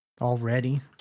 already